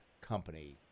company